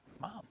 Mom